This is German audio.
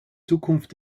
zukunft